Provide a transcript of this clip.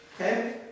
Okay